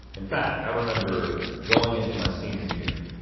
in fact, i remember going into my senior year,